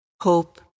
hope